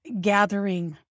gathering